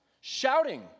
shouting